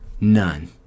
None